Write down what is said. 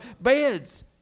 beds